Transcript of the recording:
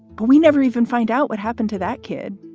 but we never even find out what happened to that kid.